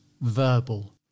verbal